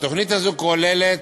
התוכנית הזו כוללת